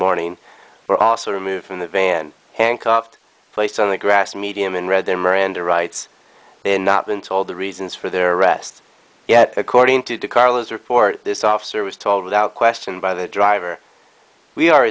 morning were also removed from the van hank upped placed on the grass medium and read their miranda rights then not been told the reasons for their arrest yet according to the carlists report this officer was told without question by the driver we are